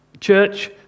Church